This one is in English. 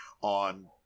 on